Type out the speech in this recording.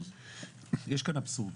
יש כאן אבסורד.